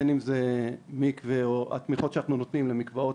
בין אם זה מקווה או התמיכות שאנחנו נותנים למקוואות,